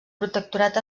protectorat